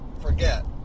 forget